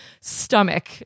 stomach